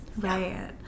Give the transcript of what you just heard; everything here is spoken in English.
Right